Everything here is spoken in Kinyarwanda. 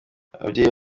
ababyeyi